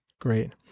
Great